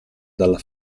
dalla